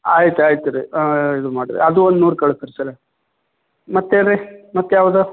ಆಯ್ತು ಆಯ್ತು ರೀ ಇದು ಮಾಡಿರಿ ಅದು ಒಂದು ನೂರು ಕಳಿಸ್ರಿ ಸರ ಮತ್ತೇನು ರೀ ಮತ್ಯಾವಿದಾವೆ